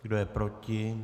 Kdo je proti?